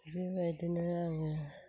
बेबायदिनो आङो